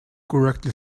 correctly